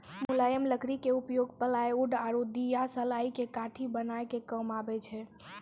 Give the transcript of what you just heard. मुलायम लकड़ी के उपयोग प्लायउड आरो दियासलाई के काठी बनाय के काम मॅ आबै छै